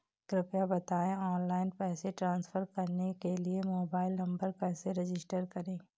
कृपया बताएं ऑनलाइन पैसे ट्रांसफर करने के लिए मोबाइल नंबर कैसे रजिस्टर करें?